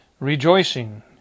Rejoicing